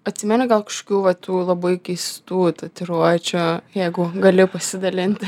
atsimeni gal kažkokių va tų labai keistų tatuiruočių jeigu gali pasidalinti